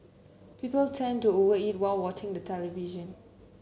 people tend to over eat while watching the television